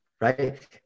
right